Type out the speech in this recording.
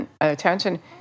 attention